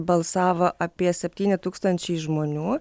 balsavo apie septyni tūkstančiai žmonių